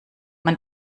man